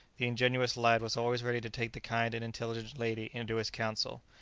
the ingenuous lad was always ready to take the kind and intelligent lady into his counsel,